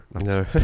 No